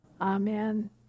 Amen